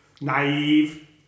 naive